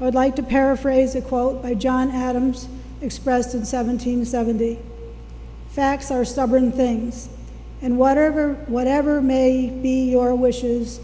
would like to paraphrase a quote by john adams expressed in seventeen seven the facts are stubborn things and whatever whatever may be your wishes